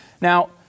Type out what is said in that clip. Now